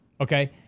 okay